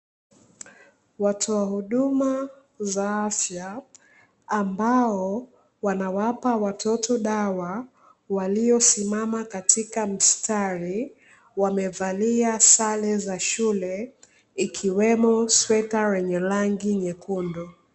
Watoa huduma za afya ambao wanawapa watoto dawa, waliosimama katika mstari; wamevalia sare za shule, ikiwemo sweta lenye rangi nyekundu.